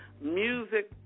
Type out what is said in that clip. music